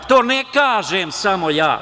To ne kažem samo ja.